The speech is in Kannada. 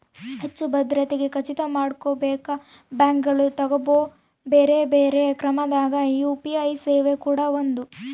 ಹೆಚ್ಚು ಭದ್ರತೆಗೆ ಖಚಿತ ಮಾಡಕೊಂಬಕ ಬ್ಯಾಂಕುಗಳು ತಗಂಬೊ ಬ್ಯೆರೆ ಬ್ಯೆರೆ ಕ್ರಮದಾಗ ಯು.ಪಿ.ಐ ಸೇವೆ ಕೂಡ ಒಂದು